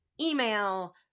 email